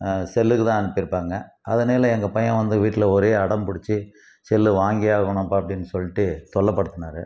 செல்லுக்கு தான் அனுப்பியிருப்பாங்க அதனால் எங்கள் பையன் வந்து வீட்டில் ஒரே அடம் பிடிச்சு செல் வாங்கியே ஆகணும் அப்படின் சொல்லிட்டு தொல்லைப்படுத்துனாரு